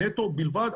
נטו בלבד.